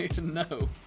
no